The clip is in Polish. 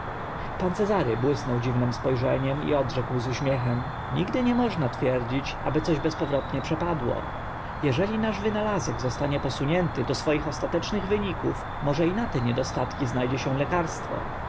pan cezary błysnął dziwnym spo rzeniem i odrzekł z uśmiechem nigdy nie można twierdzić aby coś bezpowrotnie przepadło jeżeli nasz wynalazek zostanie posunięty do swoich ostatecznych wyników może i na te niedostatki zna dzie się lekarstwo